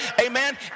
Amen